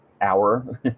hour